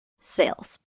sales